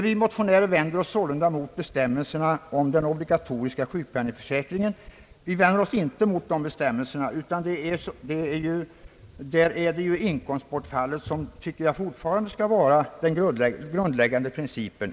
Vi motionärer vänder oss sålunda inte mot bestämmelserna om den obligatoriska sjukpenningförsäkringen; där bör inkomstbortfallet alltjämt vara den grundläggande principen.